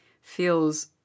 feels